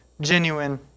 genuine